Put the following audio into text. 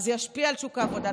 וזה ישפיע על שוק העבודה,